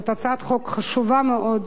זו הצעת חוק חשובה מאוד,